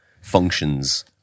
functions